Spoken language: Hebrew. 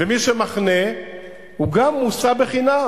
מי שמחנה גם מוסע בחינם,